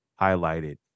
highlighted